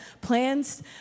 Plans